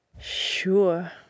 Sure